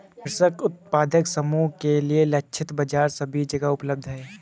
कृषक उत्पादक समूह के लिए लक्षित बाजार सभी जगह उपलब्ध है